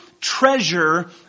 treasure